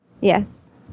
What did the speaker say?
Yes